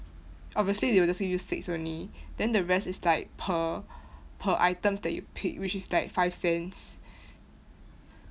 obviously they will just give you six only then the rest is like per per item that you pick which is like five cents